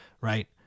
right